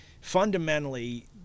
fundamentally